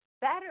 better